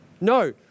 No